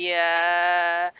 uh